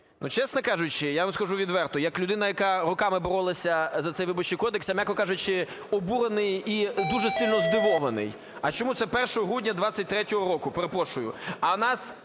чесно кажучи, я вам скажу відверто, як людина, яка роками боролася за цей Виборчий кодекс, я, м'яко кажучи, обурений і дуже сильно здивований. А чому це 1 грудня 2023 року, перепрошую?